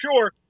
sure